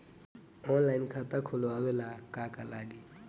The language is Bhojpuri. ऑनलाइन खाता खोलबाबे ला का का लागि?